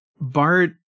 Bart